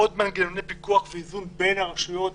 עוד מנגנוני פיקוח ואיזון בין הרשויות,